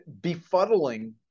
befuddling